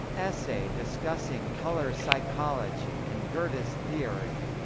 essay discussing color psychology and goethe's theory